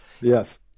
yes